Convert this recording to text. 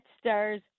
stars